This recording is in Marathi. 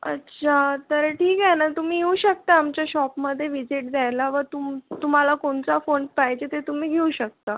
अच्छा तर ठीक आहे ना तुम्ही येऊ शकता आमच्या शॉपमध्ये व्हिजिट द्यायला व तु तुम्हाला कोणचा फोन पाहिजे ते तुम्ही घेऊ शकता